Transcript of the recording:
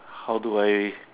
how do I